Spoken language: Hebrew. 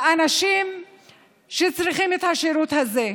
לאנשים שצריכים את השירות הזה.